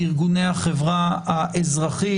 לארגוני החברה האזרחית,